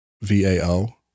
V-A-O